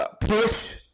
push